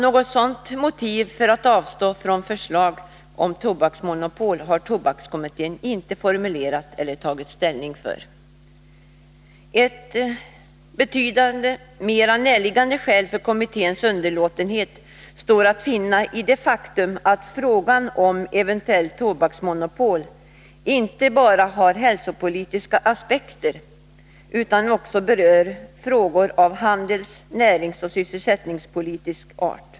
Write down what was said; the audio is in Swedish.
Något sådant motiv för att avstå från förslag om tobaksmonopol har tobakskommirtén inte formulerat eller tagit ställning för. Ett betydande, mera närliggande skäl för kommitténs underlåtenhet står att finna i det faktum att frågan om eventuellt tobaksmonopol inte bara har hälsopolitiska aspekter utan också berör frågor av handels-, näringsoch sysselsättningspolitisk art.